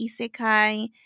isekai